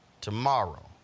tomorrow